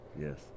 Yes